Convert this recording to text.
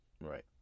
Right